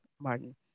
martin